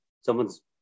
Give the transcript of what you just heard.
someone's